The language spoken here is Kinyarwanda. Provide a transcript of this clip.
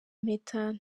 impeta